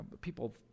People